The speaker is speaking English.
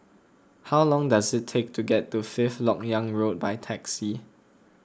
how long does it take to get to Fifth Lok Yang Road by taxi